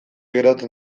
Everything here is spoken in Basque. geratu